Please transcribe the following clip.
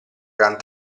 gran